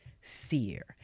fear